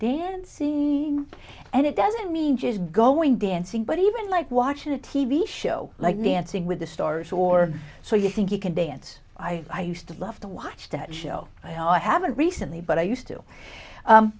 dancing and it doesn't mean just going dancing but even like watching a t v show like dancing with the stars or so you think you can dance i used to love to watch that show and i haven't recently but i used to